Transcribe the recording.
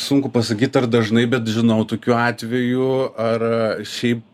sunku pasakyt ar dažnai bet žinau tokių atvejų ar šiaip